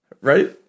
Right